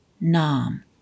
nam